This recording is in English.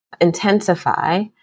intensify